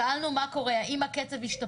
שאלנו מה קורה, האם הקצב השתפר.